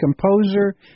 composer